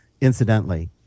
Incidentally